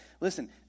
listen